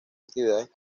actividades